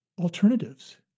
alternatives